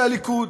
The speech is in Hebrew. אנשי הליכוד,